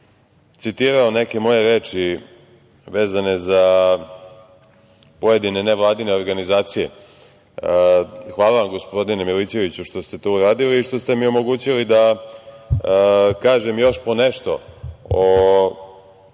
citirao neke moje reči vezane za pojedine nevladine organizacije. Hvala vam, gospodine Milićeviću što ste to uradili i što ste mi omogućili da kažem još po nešto o